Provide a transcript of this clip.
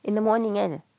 in the morning kan